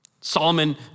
Solomon